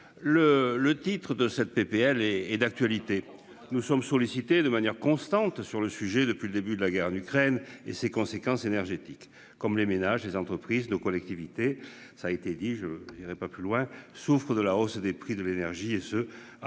le titre de cette PPL et et d'actualité. Nous sommes sollicités de manière constante sur le sujet depuis le début de la guerre en Ukraine et ses conséquences énergétiques comme les ménages, les entreprises nos collectivités. Ça a été dit j'irai pas plus loin, souffrent de la hausse des prix de l'énergie et ce après